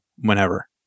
whenever